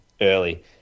early